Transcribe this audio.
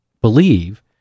believe